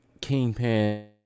Kingpin